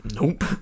Nope